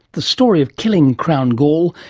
the story of killing crown gall,